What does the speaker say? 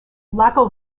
lago